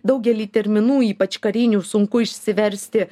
daugelį terminų ypač karinių sunku išsiversti